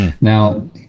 Now